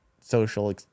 social